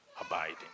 abiding